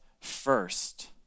first